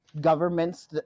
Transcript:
governments